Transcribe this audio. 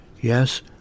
Yes